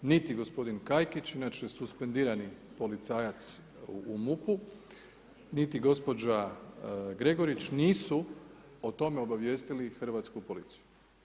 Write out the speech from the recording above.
Niti gospodin Kajkić, inače suspendirani policajac u MUP-u, niti gospođa Gregurić nisu o tome obavijestili hrvatsku policiju.